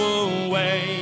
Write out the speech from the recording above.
away